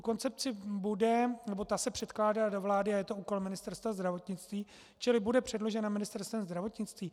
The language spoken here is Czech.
Koncepce se předkládá do vlády a je to úkol Ministerstva zdravotnictví, čili bude předložena Ministerstvem zdravotnictví.